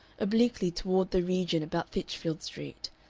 obliquely toward the region about titchfield street.